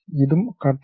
ഇതും കട്ട് ആണ്